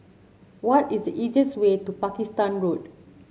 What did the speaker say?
what is the easiest way to Pakistan Road